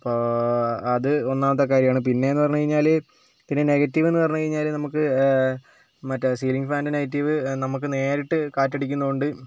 അപ്പോൾ അത് ഒന്നാമത്തെ കാര്യമാണ് പിന്നെ എന്ന് പറഞ്ഞുകഴിഞ്ഞാൽ പിന്നെ നെഗറ്റീവ് എന്ന് പറഞ്ഞുകഴിഞ്ഞാൽ നമുക്ക് മറ്റേ സീലിംങ് ഫാനിൻ്റെ നെഗറ്റീവ് നമുക്ക് നേരിട്ട് കാറ്റ് അടിക്കുന്നതുകൊണ്ട്